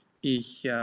Ich